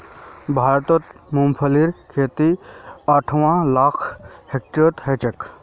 भारतत मूंगफलीर खेती अंठावन लाख हेक्टेयरत ह छेक